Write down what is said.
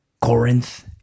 Corinth